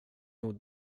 nog